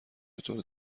بطور